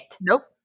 nope